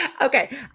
Okay